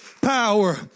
power